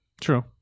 true